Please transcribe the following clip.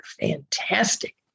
fantastic